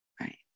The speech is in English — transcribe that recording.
Right